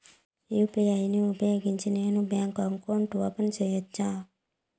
UPI ను ఉపయోగించి నేను బ్యాంకు అకౌంట్ ఓపెన్ సేయొచ్చా?